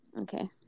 Okay